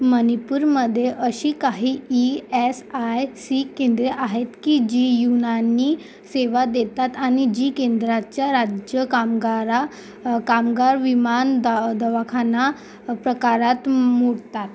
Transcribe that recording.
मणिपूरमध्ये अशी काही ई एस आय सी केंद्रे आहेत की जी युनानी सेवा देतात आणि जी केंद्रांच्या राज्य कामगारा कामगार विमा दा दवाखाना प्रकारात मोडतात